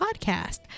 podcast